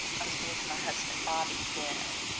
i was married to my husband bobby and